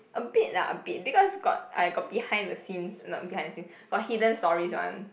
a bit lah a bit because got I got behind the scenes not behind the scenes got hidden stories one